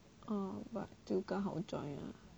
orh 就刚好 join lah